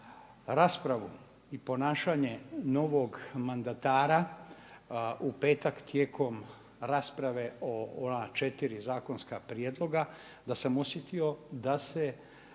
raspravu i ponašanje novog mandatara u petak tijekom rasprave o ona četiri zakonska prijedloga da sam osjetio da se